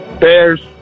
Bears